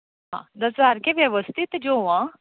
सारकें वेवस्थीत जेव आं